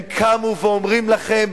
הם קמו ואומרים לכם: